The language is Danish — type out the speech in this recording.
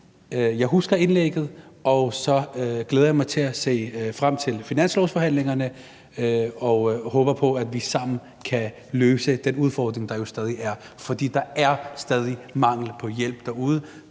Jeg husker indlægget, og så ser jeg frem til finanslovsforhandlingerne og håber på, at vi sammen kan løse den udfordring, der jo stadig er. For der er stadig mangel på hjælp derude,